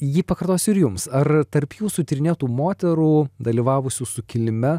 jį pakartos ir jums ar tarp jūsų tyrinėtų moterų dalyvavusių sukilime